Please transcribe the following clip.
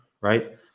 right